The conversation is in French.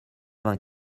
vingt